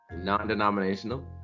non-denominational